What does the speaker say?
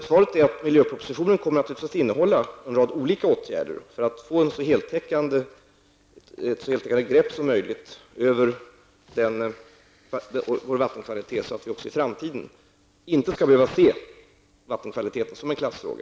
Svaret är att miljöpropositionen naturligtvis kommer att innehålla en rad olika åtgärder för att få ett så heltäckande grepp som möjligt över vår vattenkvalitet, så att vi inte heller i framtiden skall behöva se vattenkvalitet som en klassfråga.